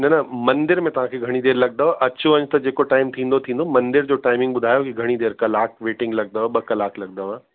न न मंदिर में तव्हांखे घणी देरि लगदव अच वञ त जेको टाइम थींदो थींदो मंदिर जो टाइमिंग ॿुधायो की घणी देरि कलाक मिटिंग लगदव ॿ कलाक लगदव